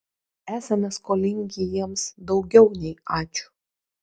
esame skolingi jiems daugiau nei ačiū